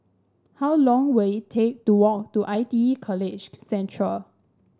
how long will it take to walk to I T E College Central